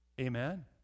Amen